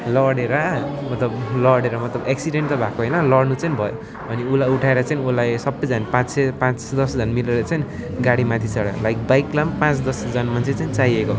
लडेर मतलब लडेर मतलब एक्सिडेन्ट त भएको होइन लड्नु चाहिँ भयो अनि उसलाई उठाएर चाहिँ उसलाई सबैजना पाँच छ पाँच दसजना मिलेर चाहिँ गाडी माथि चढाएर लाइक बाइकलाई पनि पाँच दसजना मान्छे चाहिएको